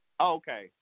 Okay